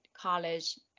college